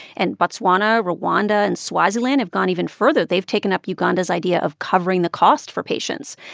and botswana, rwanda and swaziland have gone even further. they've taken up uganda's idea of covering the cost for patients.